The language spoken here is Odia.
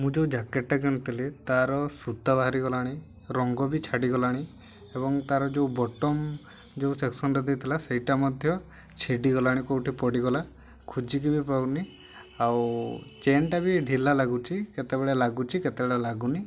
ମୁଁ ଯେଉଁ ଜ୍ୟାକେଟ୍ଟା କିଣିଥିଲି ତାର ସୂତା ବାହାରିଗଲାଣି ରଙ୍ଗ ବି ଛାଡ଼ିଗଲାଣି ଏବଂ ତାର ଯେଉଁ ବଟନ୍ ଯେଉଁ ସେକ୍ସନ୍ଟା ଦେଇଥିଲା ସେଇଟା ମଧ୍ୟ ଛିଡ଼ିଗଲାଣି କେଉଁଠି ପଡ଼ିଗଲା ଖୋଜିକି ବି ପାଉନି ଆଉ ଚେନ୍ଟା ବି ଢିଲା ଲାଗୁଛି କେତେବେଳେ ଲାଗୁଛି କେତେବେଳେ ଲାଗୁନି